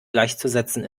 gleichzusetzen